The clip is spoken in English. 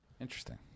Interesting